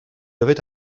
avait